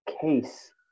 case